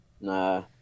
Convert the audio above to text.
Nah